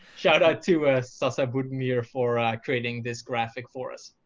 shout out to sasa budimir for creating this graphic for us.